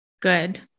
good